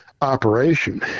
operation